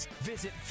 Visit